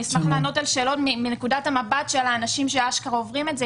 אשמח לענות על שאלות מנקודת המבט של האנשים שעוברים את זה,